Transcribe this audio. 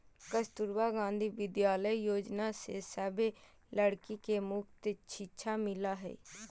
कस्तूरबा गांधी विद्यालय योजना से सभे लड़की के मुफ्त शिक्षा मिला हई